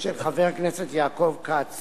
של חבר הכנסת יעקב כץ